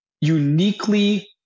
uniquely